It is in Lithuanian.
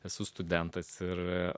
esu studentas ir